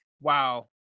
Wow